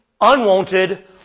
unwanted